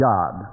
God